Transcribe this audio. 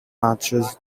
matches